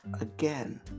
Again